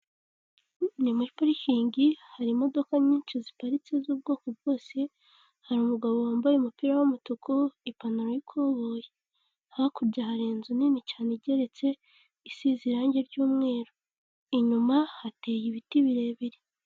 Ni muri parikingi hari imodoka nyinshi ziparitse z'ubwoko bwose, hari umugabo wambaye umupira w'umutuku, ipantaro y'ikoboyi, hakurya hari inzu nini cyane igeretse isize irange ry'umweru, inyuma hateye ibiti birebire.